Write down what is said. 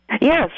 Yes